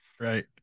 Right